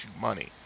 money